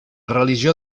religió